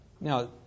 Now